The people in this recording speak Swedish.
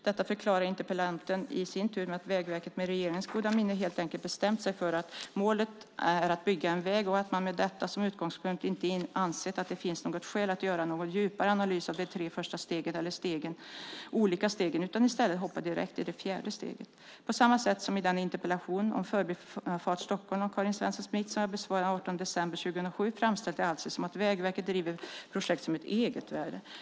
Detta förklarar interpellanten i sin tur med att Vägverket med regeringens goda minne helt enkelt bestämt sig för att målet är att bygga en väg och att man med detta som utgångspunkt inte ansett att det finns något skäl att göra någon djupare analys av de tre första olika stegen, utan i stället hoppar direkt till det fjärde steget. På samma sätt som i den interpellation om Förbifart Stockholm av Karin Svensson Smith som jag besvarade den 18 december 2007 framställs det alltså som att Vägverket driver projektet som ett egenvärde.